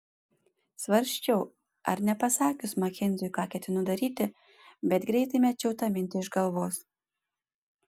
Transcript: svarsčiau ar nepasakius makenziui ką ketinu daryti bet greitai mečiau tą mintį iš galvos